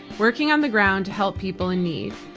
working on the ground to help people in need.